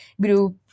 group